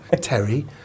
Terry